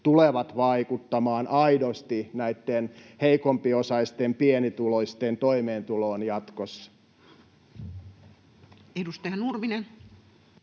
tulevat vaikuttamaan aidosti näitten heikompiosaisten, pienituloisten, toimeentuloon jatkossa. Edustaja Nurminen.